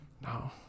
no